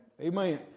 Amen